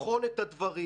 לבחון את הדברים,